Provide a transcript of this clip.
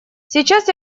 сейчас